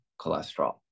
cholesterol